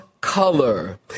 color